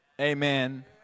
Amen